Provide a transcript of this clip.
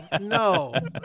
no